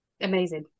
amazing